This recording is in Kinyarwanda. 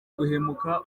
guhemuka